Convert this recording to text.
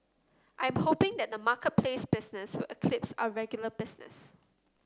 I'm hoping that the marketplace business will eclipse our regular business